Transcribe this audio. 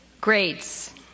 Grades